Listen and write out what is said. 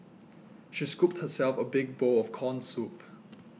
she scooped herself a big bowl of Corn Soup